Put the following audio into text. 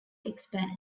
expands